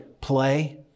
play